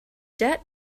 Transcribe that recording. debt